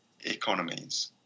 economies